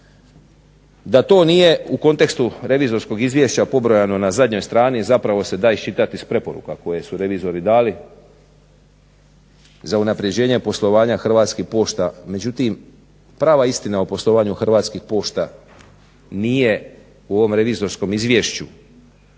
da to nije u kontekstu revizorskog izvješća pobrojano na zadnjoj strani zapravo se da iščitat iz preporuka koje su revizori dali za unapređenje poslovanja Hrvatskih pošta. Međutim, prava istina o poslovanju Hrvatskih pošta nije u ovom revizorskom izvješću.